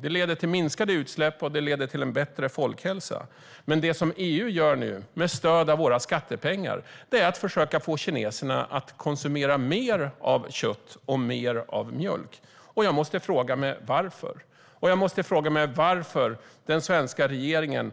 Det leder till minskade utsläpp och bättre folkhälsa. Det som EU nu gör, med stöd av våra skattepengar, är att försöka få kineserna att konsumera mer av kött och mer av mjölk. Varför? Varför backar den svenska regeringen